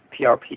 PRP